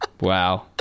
Wow